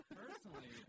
personally